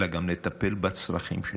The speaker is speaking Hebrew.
אלא גם לטפל בצרכים שלהם,